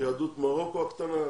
ליהדות מרוקו הקטנה,